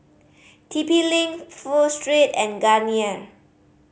T P Link Pho Street and Garnier